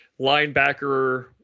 linebacker